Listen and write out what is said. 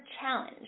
challenge